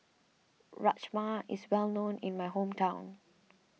Rajma is well known in my hometown